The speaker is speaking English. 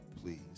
please